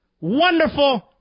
wonderful